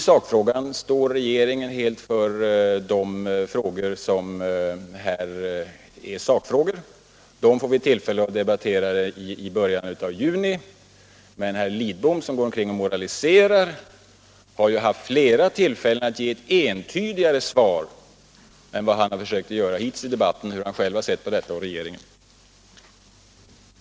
Sakfrågan får vi tillfälle att debattera i början av juni. Men herr Lidbom, som går omkring och moraliserar, har ju haft flera tillfällen att ge ett mera entydigt svar än vad han hittills har gjort i debatten om hur han själv och den tidigare regeringen sett på detta.